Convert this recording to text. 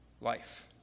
Life